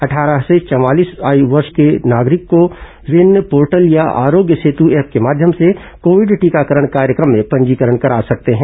अटठारह से चवालीस वर्ष की आयु के नागरिक को विन पोर्टल या आरोग्य सेत ऐप के माध्यम से कोविड टीकाकरण कार्यक्रम में पंजीकरण करा सकते हैं